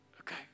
Okay